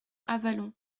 avallon